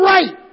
Right